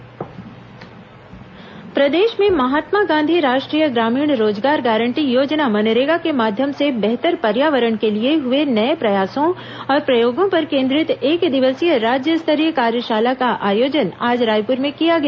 अजय चंद्राकर मनरेगा प्रदेश में महात्मा गांधी राष्ट्रीय ग्रामीण रोजगार गारंटी योजना मनरेगा के माध्यम से बेहतर पर्यावरण के लिए हुए नए प्रयासों और प्रयोगों पर केन्द्रित एकदिवसीय राज्य स्तरीय कार्यशाला का आयोजन आज रायपुर में किया गया